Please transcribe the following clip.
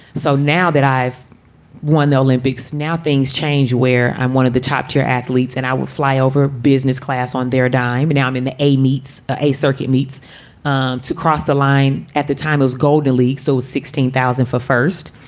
so now that i've won the olympics, now things change where i'm one of the top tier athletes and i will fly over business class on their dime. and now i'm in the a meets ah a circuit meets ah to cross the line. at the time as gold a-league. so sixteen thousand for first.